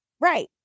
Right